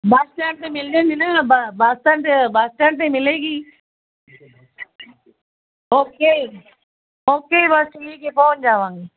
ਬਸ stand 'ਤੇ ਮਿਲ ਜਾਂਦੀ ਨਾ ਬ ਬਸ ਸਟੈਂਡ ਬਸ ਸਟੈਂਡ 'ਤੇ ਮਿਲੇਗੀ ਓਕੇ ਓਕੇ ਬਸ ਠੀਕ ਹੈ ਪਹੁੰਚ ਜਾਵਾਂਗੀ